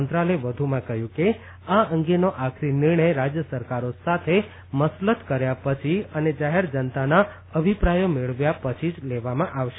મંત્રાલયે વધુમાં કહ્યું છે કે આ અંગેનો આખરી નિર્ણય રાજય સરકારો સાથે મસલત કર્યા પછી અને જાહેર જનતાના અભિપ્રાયો મેળવ્યા પછી લેવામાં આવશે